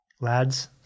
Lads